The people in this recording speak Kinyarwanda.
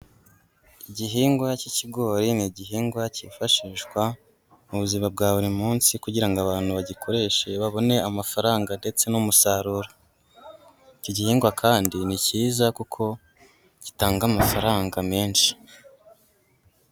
Igihingwa cy'ikigori ni igihingwa cyifashishwa mu buzima bwa buri munsi kugira ngo abantu bagikoreshe babone amafaranga ndetse n'umusaruro, iki gihingwa kandi ni cyiza kuko gitanga amafaranga menshi.